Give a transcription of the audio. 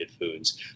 foods